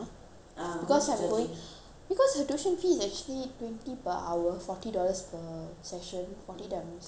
because her tuition fee is actually twenty per hour forty dollars per session forty times four hundred sixty